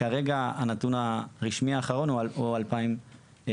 כרגע הנתון הרשמי האחרון הוא 2044,